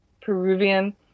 Peruvian